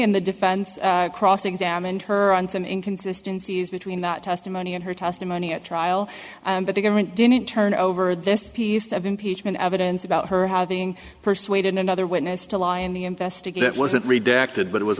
and the defense cross examined her on some inconsistency between that testimony and her testimony at trial but the government didn't turn over this piece of impeachment evidence about her having persuaded another witness to lie and the investigate it wasn't redacted but it was